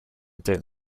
don’t